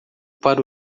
para